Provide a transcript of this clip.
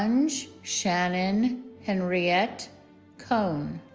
um ange shannon henriette kone